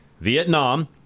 Vietnam